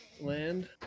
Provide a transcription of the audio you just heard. land